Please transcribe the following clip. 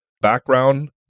background